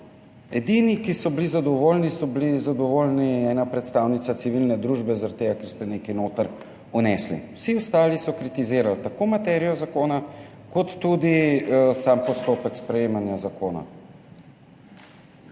Edina, ki je bila zadovoljna, je bila zadovoljna ena predstavnica civilne družbe, zaradi tega ker ste nekaj noter vnesli. Vsi ostali so kritizirali tako materijo zakona kot tudi sam postopek sprejemanja zakona.